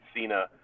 Cena